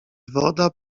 woda